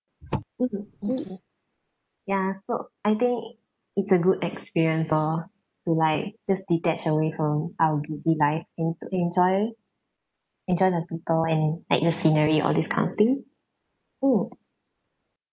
ya so I think it's a good experience orh to like just detach away from our busy life and to enjoy enjoy the people and like the scenery all these kind of thing mm